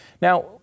Now